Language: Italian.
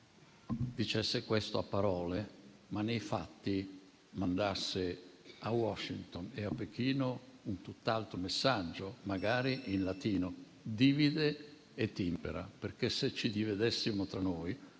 dicesse questo a parole, ma nei fatti mandasse a Washington e a Pechino tutt'altro messaggio, magari in latino: *divide et impera.* Se ci dividessimo tra noi,